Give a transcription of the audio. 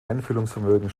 einfühlungsvermögen